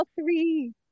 three